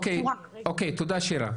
אוקיי, תודה שירה.